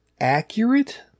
accurate